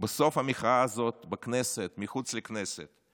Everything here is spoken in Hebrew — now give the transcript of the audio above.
בסוף המחאה הזאת בכנסת, מחוץ לכנסת,